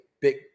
big